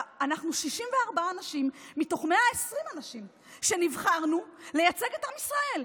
אנחנו 64 אנשים מתוך 120 אנשים ונבחרנו לייצג את עם ישראל,